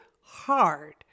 hard